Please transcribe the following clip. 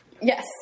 Yes